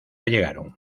llegaron